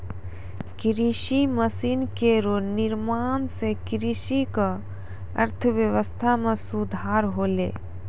कृषि मसीन केरो निर्माण सें कृषि क अर्थव्यवस्था म सुधार होलै